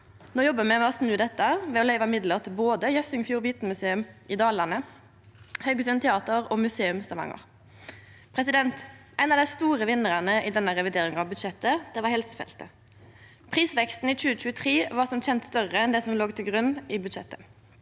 No jobbar me med å snu dette ved å gje midlar til både Jøssingfjord Vitenmuseum i Dalane, Haugesund Teater og Museum Stavanger. Ein av dei store vinnarane i denne revideringa av budsjettet var helsefeltet. Prisveksten i 2023 var som kjend større enn det som låg til grunn i budsjettet.